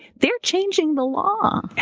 they're changing the law.